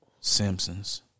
Simpsons